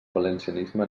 valencianisme